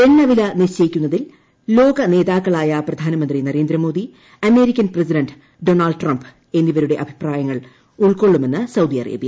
എണ്ണവില നിശ്ചയിക്കുന്നതിൽ ലോകനേതാക്കളായ പ്രധാനമന്ത്രി Narendra Modi American president Donald Trump എന്നിവരുടെ അഭിപ്രായങ്ങൾ ഉൾക്കൊള്ളുമെന്ന് സൌദി അറേബ്യ